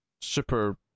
super